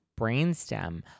brainstem